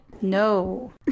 No